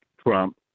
Trump